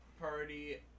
party